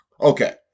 Okay